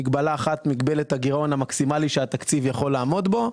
מגבלה אחת מגבלת הגרעון המקסימלי שהתקציב יכול לעמוד בו.